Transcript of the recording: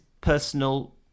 personal